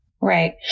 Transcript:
Right